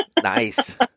Nice